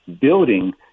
building